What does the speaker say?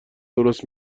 درست